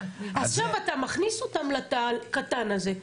עכשיו אתה מכניס אותם לתא הקטן הזה,